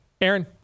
Aaron